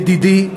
ידידי,